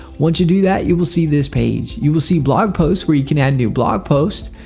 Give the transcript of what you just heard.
once you do that you will see this page. you will see blog posts where you can add new blog posts.